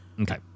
Okay